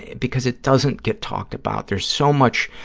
because it doesn't get talked about. there's so much